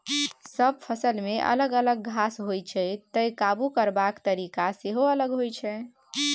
सब फसलमे अलग अलग घास होइ छै तैं काबु करबाक तरीका सेहो अलग होइ छै